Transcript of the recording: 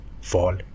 fall